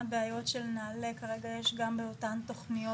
של נעל"ה יש גם במסע